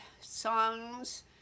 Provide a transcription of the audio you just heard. songs